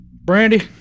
Brandy